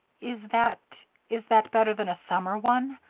is that is that better than a summer one?